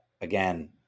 again